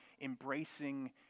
embracing